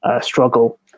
struggle